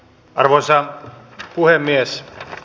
arvoisa puhemies